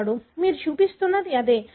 మీరు చూపిస్తున్నది అదే